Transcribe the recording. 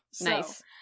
Nice